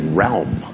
realm